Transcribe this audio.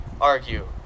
argue